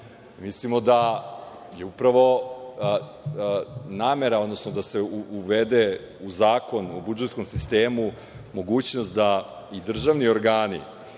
Mislimo da je upravo namera, odnosno da se uvede u Zakon o budžetskom sistemu mogućnost da i državni organi